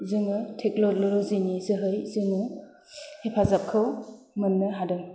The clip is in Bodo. जोङो टेक्नल'जिनि जोहै जोङो हेफाबखौ मोन्नो हादों